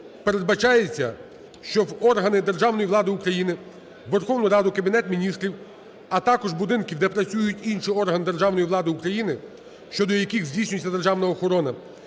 передбачається, що в органи державної влади України: Верховну Раду, Кабінет Міністрів, а також будинків, де працюють інші органи державної влади України, щодо яких здійснюється державна охорона,